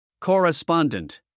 Correspondent